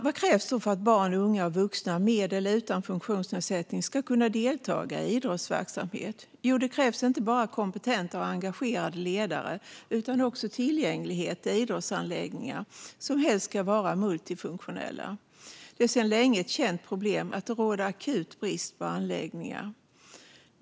Vad krävs då för att barn, unga och vuxna med eller utan funktionsnedsättning ska kunna delta i idrottsverksamhet? Det krävs inte bara kompetenta och engagerade ledare utan också tillgång till idrottsanläggningar, som helst ska vara multifunktionella. Det är sedan länge ett känt problem att det råder akut brist på anläggningar.